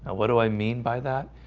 what do i mean by that?